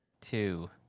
Two